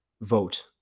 vote